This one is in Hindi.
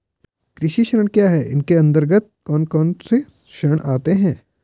कृषि ऋण क्या है इसके अन्तर्गत कौन कौनसे ऋण आते हैं?